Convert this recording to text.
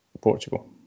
Portugal